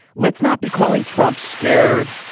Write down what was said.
let's not be calling trump scared,